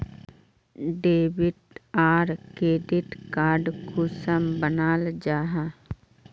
Debit आर credit card कुंसम बनाल जाहा?